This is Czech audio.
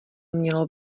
mělo